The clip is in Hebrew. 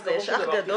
יש "אח גדול"?